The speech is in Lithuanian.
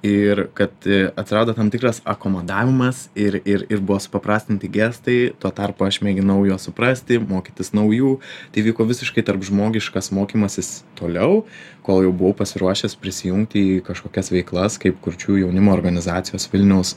ir kad atsirado tam tikras akomodavimas ir ir ir buvo supaprastinti gestai tuo tarpu aš mėginau juos suprasti mokytis naujų tai vyko visiškai tarpžmogiškas mokymasis toliau kol jau buvau pasiruošęs prisijungt į kažkokias veiklas kaip kurčiųjų jaunimo organizacijos vilniaus